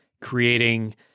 creating